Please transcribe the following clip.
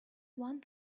one